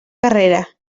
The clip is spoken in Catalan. carrera